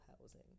housing